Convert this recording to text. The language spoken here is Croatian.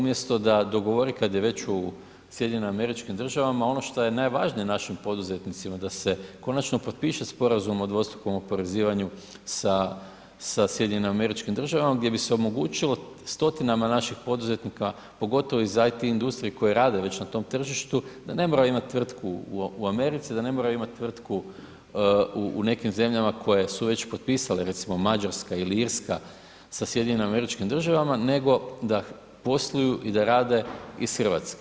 Umjesto da dogovori kad je već u SAD-u ono šta je najvažnije našim poduzetnicima da se konačno potpiše sporazum o dvostrukom oporezivanju sa SAD-om gdje bi se omogućilo stotinama naših poduzetnika pogotovo iz IT industrije koji rade već na tim tržištu da ne moraju imati tvrtku u Americi, da ne moraju imati tvrtku u nekim zemljama koje su već potpisale recimo Mađarska ili Irska sa SAD-om nego da posluju i da rade iz Hrvatske.